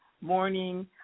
morning